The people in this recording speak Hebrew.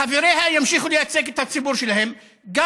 חבריה ימשיכו לייצג את הציבור שלהם גם